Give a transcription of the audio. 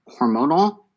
hormonal